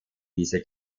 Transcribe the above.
dieser